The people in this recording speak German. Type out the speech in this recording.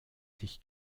sich